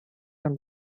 and